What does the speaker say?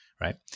right